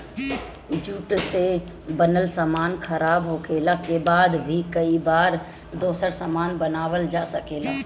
jute से बनल सामान खराब होखले के बाद भी कई बार दोसर सामान बनावल जा सकेला